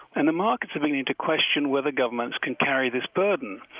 and the markets are beginning to question whether governments can carry this burden.